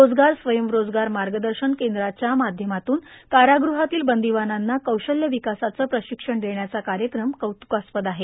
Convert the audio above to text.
रोजगार स्वयंरोजगार मागदशन केद्राच्या माध्यमातून कारागृहातील बंदोवानांना कौशल्य विकासाचं प्राशक्षण देण्याचा कायक्रम कौत्कास्पद आहे